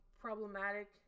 problematic